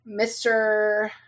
Mr